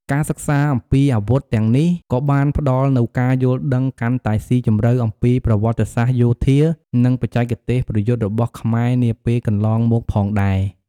ការសិក្សាអំពីអាវុធទាំងនេះក៏បានផ្តល់នូវការយល់ដឹងកាន់តែស៊ីជម្រៅអំពីប្រវត្តិសាស្ត្រយោធា និងបច្ចេកទេសប្រយុទ្ធរបស់ខ្មែរនាពេលកន្លងមកផងដែរ។